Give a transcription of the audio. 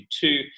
two